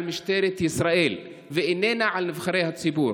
משטרת ישראל ואיננה על נבחרי הציבור.